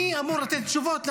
מי אמור לתת תשובות לאנשים?